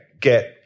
Get